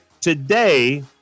today